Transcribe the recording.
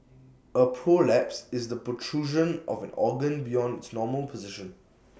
A prolapse is the protrusion of an organ beyond its normal position